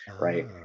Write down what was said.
Right